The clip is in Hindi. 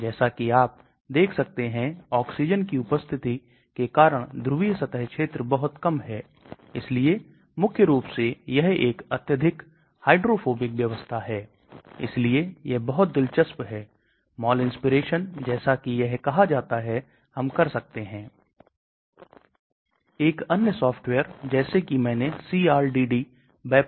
अधिकतर यह निष्क्रिय प्रसार के माध्यम से होता है बहुत कम सक्रिय प्रसार होता है ज्यादातर निष्क्रिय प्रसार होता है इसलिए इसका मतलब है कि हमारे पास कंपाउंड यथोचित lipophilic होना चाहिए ताकि यह है निष्क्रिय रूप से प्रसार हो सके